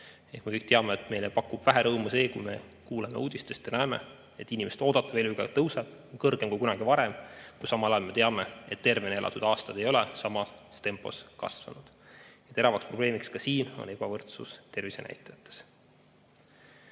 Me kõik teame, et meile pakub vähe rõõmu see, kui me kuuleme uudistest ja näeme, et inimeste oodatav eluiga tõuseb, see on kõrgem kui kunagi varem, aga samal ajal me teame, et tervena elatud aastad ei ole samas tempos kasvanud. Teravaks probleemiks ka siin on ebavõrdsus tervisenäitajates.